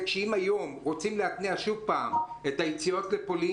אם היום רוצים להתניע שוב את היציאות לפולין